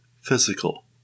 physical